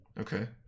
Okay